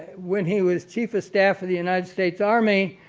when he was chief of staff of the united states army,